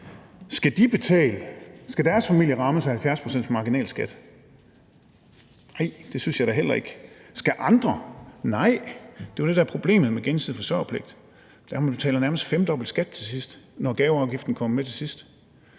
Skal deres familie rammes af 70 pct.s marginalskat? Nej, det synes jeg da heller ikke. Skal andre? Nej, det er jo det, der er problemet med gensidig forsørgerpligt, nemlig at man nærmest betaler femdobbelt skat, når gaveafgiften kommer med til sidst.